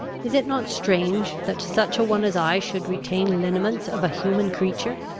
is it not strange that such a one as i should retain lineaments of a human creature?